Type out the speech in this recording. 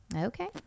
Okay